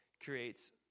creates